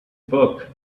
book